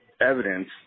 evidence